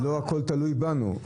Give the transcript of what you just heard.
לא הכול תלוי בנו.